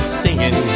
singing